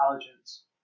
intelligence